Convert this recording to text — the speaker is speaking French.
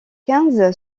quinze